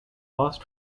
lost